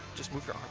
just move your